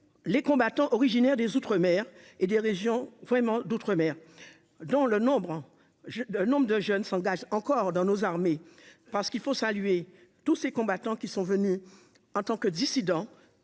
les combattants originaires des outre-mer et des régions vraiment d'outre-mer, dont le nombre, je le nombre de jeunes s'engagent encore dans nos armées parce qu'il faut saluer tous ces combattants qui sont venus en tant que dissident